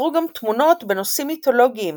נוצרו גם תמונות בנושאים מיתולוגיים,